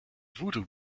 voodoo